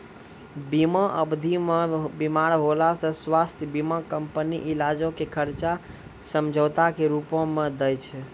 बीमा अवधि मे बीमार होला से स्वास्थ्य बीमा कंपनी इलाजो के खर्चा समझौता के रूपो मे दै छै